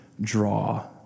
draw